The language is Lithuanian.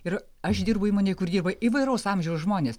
ir aš dirbu įmonėj kur dirba įvairaus amžiaus žmonės